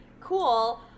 cool